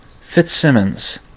Fitzsimmons